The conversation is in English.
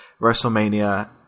WrestleMania